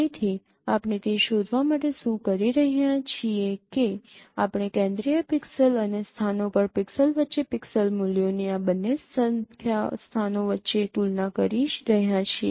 તેથી આપણે તે શોધવા માટે શું કરી રહ્યા છીએ કે આપણે કેન્દ્રિય પિક્સેલ અને સ્થાનો પર પિક્સેલ વચ્ચે પિક્સેલ મૂલ્યોની આ બંને સ્થાનો વચ્ચે તુલના કરી રહ્યા છીએ